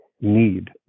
need